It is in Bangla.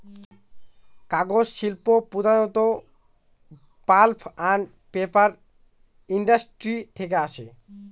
কাগজ শিল্প প্রধানত পাল্প আন্ড পেপার ইন্ডাস্ট্রি থেকে আসে